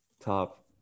top